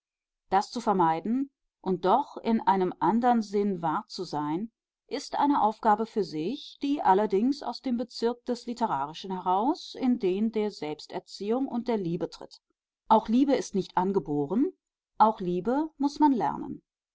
das zu vermeiden und doch in einem andern sinn wahr zu sein ist eine aufgabe für sich die allerdings aus dem bezirk des literarischen heraus in den der selbsterziehung und der liebe tritt auch liebe ist nicht angeboren auch liebe muß man lernen